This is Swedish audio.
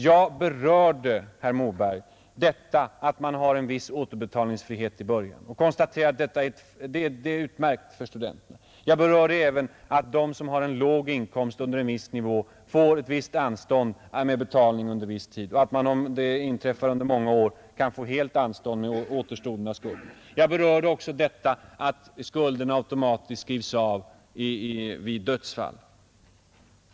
Jag berörde, herr Moberg, att man har en viss återbetalningsfrihet i början och jag konstaterade att detta är utmärkt för studenterna. Jag berörde även att de som har en inkomst under en viss nivå får anstånd med betalningen under viss tid och att de som många år befinner sig i den situationen kan få anstånd med återbetalningen av återstoden av skulden. Jag berörde också att skulden automatiskt avskrivs vid dödsfall.